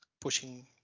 pushing